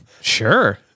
sure